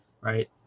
right